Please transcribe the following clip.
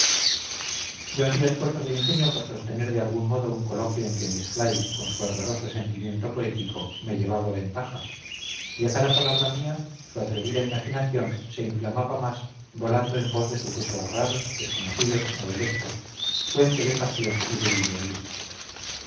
yo hacía esfuerzos de ingenio por sostener de algún modo un coloquio en que miss fly con su ardoroso sentimiento poético me llevaba ventaja y a cada palabra mía su atrevida imaginación se inflamaba más volando en pos de sucesos raros desconocidos novelescos fuente de pasión y de idealismo